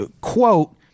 quote